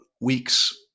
weeks